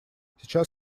сейчас